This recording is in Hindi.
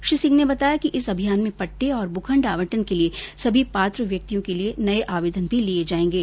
श्री सिंह ने बताया कि इस अभियान में पट्टे और भूखण्ड आवंटन के लिए सभी पात्र व्यक्तियों के नये आवेदन भी लिए जाएंगे